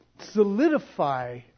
solidify